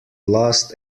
last